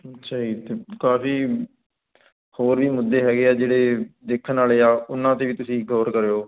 ਅੱਛਾ ਜੀ ਅਤੇ ਕਾਫ਼ੀ ਹੋਰ ਵੀ ਮੁੱਦੇ ਹੈਗੇ ਆ ਜਿਹੜੇ ਦੇਖਣ ਵਾਲੇ ਆ ਉਹਨਾਂ 'ਤੇ ਵੀ ਤੁਸੀਂ ਗੌਰ ਕਰਿਓ